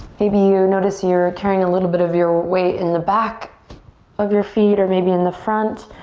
maybe you notice you're carrying a little bit of your weight in the back of your feet or maybe in the front.